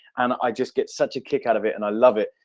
and i just get such a get out of it and i love it.